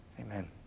Amen